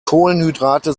kohlenhydrate